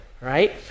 right